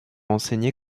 enseigner